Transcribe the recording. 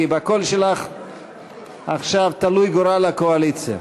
כי בקול שלך עכשיו תלוי גורל הקואליציה.